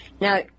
Now